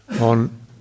on